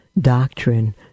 doctrine